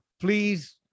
please